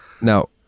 Now